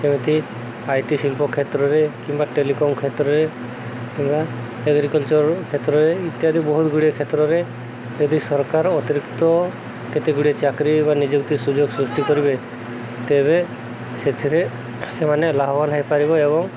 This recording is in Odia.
ଯେମିତି ଆଇ ଟି ଶିଳ୍ପ କ୍ଷେତ୍ରରେ କିମ୍ବା ଟେଲିକମ୍ କ୍ଷେତ୍ରରେ କିମ୍ବା ଏଗ୍ରିକଲଚର୍ କ୍ଷେତ୍ରରେ ଇତ୍ୟାଦି ବହୁତ ଗୁଡ଼ିଏ କ୍ଷେତ୍ରରେ ଯଦି ସରକାର ଅତିରିକ୍ତ କେତେ ଗୁଡ଼ିଏ ଚାକିରି ବା ନିଯୁକ୍ତି ସୁଯୋଗ ସୃଷ୍ଟି କରିବେ ତେବେ ସେଥିରେ ସେମାନେ ଲାଭବାନ ହେଇପାରିବେ ଏବଂ